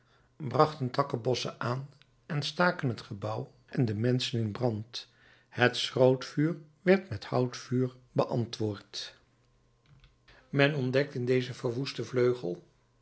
brachten takkebossen aan en staken t gebouw en de menschen in brand het schrootvuur werd met houtvuur beantwoord men ontdekt in dezen verwoesten vleugel